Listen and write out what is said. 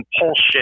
compulsion